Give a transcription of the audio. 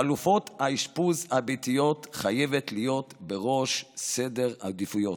חלופות האשפוז הביתיות חייבות להיות בראש סדר העדיפויות.